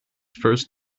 first